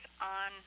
on